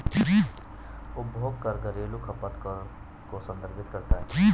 उपभोग कर घरेलू खपत कर को संदर्भित करता है